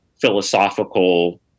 philosophical